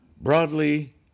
Broadly